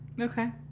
okay